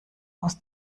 aus